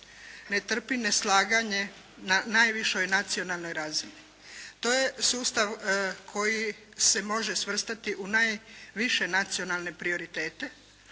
ne trpi neslaganje na najvišoj nacionalnoj razini. To je sustav koji se može svrstati u najviše nacionalne prioritete,